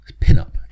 pinup